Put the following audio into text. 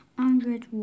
hundred